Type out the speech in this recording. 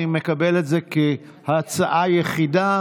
אני מקבל את זה כהצעה יחידה,